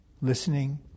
listening